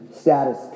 status